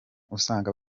usanga